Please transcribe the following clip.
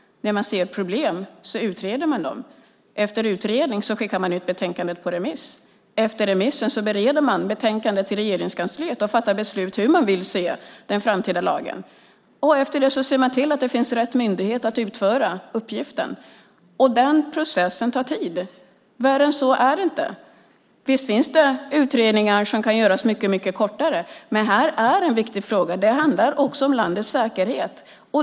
När man ser problem utreder man dem. Efter utredning skickar man ut betänkandet på remiss. Efter remissen bereder man betänkandet i Regeringskansliet och fattar beslut om hur man vill se den framtida lagen. Efter det ser man till att det finns rätt myndighet för att utföra uppgiften. Den processen tar tid. Värre än så är det inte. Visst finns det utredningar som kan göras på mycket kortare tid. Men det här är en viktig fråga. Det handlar också om landets säkerhet.